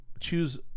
choose